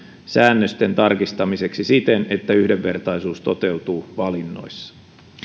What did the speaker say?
säännösten tarkistamiseksi siten että yhdenvertaisuus toteutuu valinnoissa